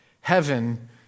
Heaven